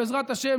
בעזרת השם,